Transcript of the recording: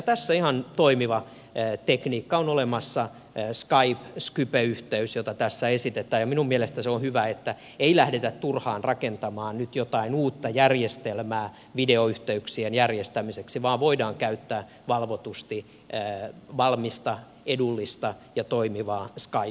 tässä ihan toimiva tekniikka on skype yhteys jota tässä esitetään ja minun mielestäni on hyvä että ei lähdetä turhaan rakentamaan nyt jotain uutta järjestelmää videoyhteyksien järjestämiseksi vaan voidaan käyttää valvotusti valmista edullista ja toimivaa skype yhteyttä